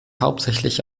hauptsächlich